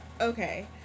okay